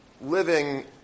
living